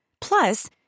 Plus